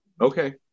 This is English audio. Okay